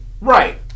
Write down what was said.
right